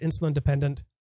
insulin-dependent